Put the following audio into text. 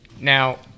Now